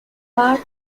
part